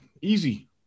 easy